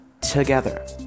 together